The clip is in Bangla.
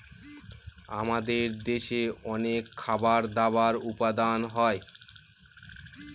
আমাদের দেশে অনেক খাবার দাবার উপাদান হয়